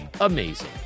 amazing